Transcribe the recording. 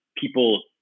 people